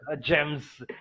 Gems